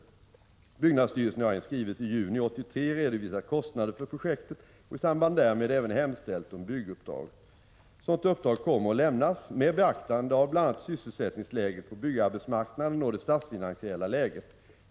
Byggnadsstyrelsen har i en skrivelse i juni 1983 redovisat kostnader för projektet och i samband därmed även hemställt om bygguppdrag. Bygguppdrag kommer att lämnas med beaktande av bl.a. sysselsättningsläget på byggarbetsmarknaden och det statsfinansiella läget.